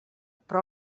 però